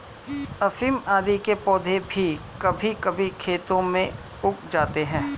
अफीम आदि के पौधे भी कभी कभी खेतों में उग जाते हैं